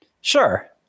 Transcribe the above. sure